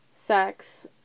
sex